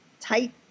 tight